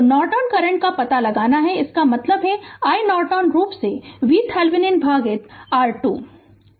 तो Norton current का पता लगाना इसका मतलब है iNorton रूप से VThevenin भागित R2 है